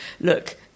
look